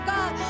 God